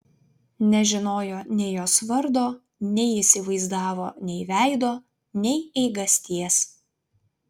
nežinojo nei jos vardo neįsivaizdavo nei veido nei eigasties